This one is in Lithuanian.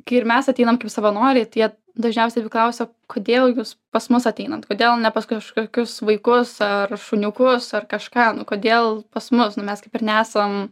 kai ir mes ateinam kaip savanoriai tai jie dažniausiai ir klausia kodėl jus pas mus ateinant kodėl ne pas kažkokius vaikus ar šuniukus ar kažką nu kodėl pas mus nu mes kaip ir nesam